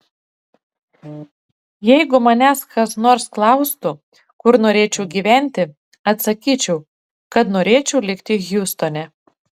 jeigu manęs kas nors klaustų kur norėčiau gyventi atsakyčiau kad norėčiau likti hjustone